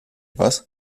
was